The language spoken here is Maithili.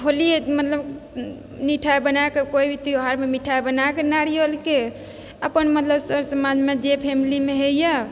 होली मतलब मिठाइ बनाकऽ कोई भी त्योहारमे मिठाइ बनाकऽ नारियलके अपन मतलब सर समाजमे जे फैमिलीमे होइए